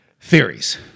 theories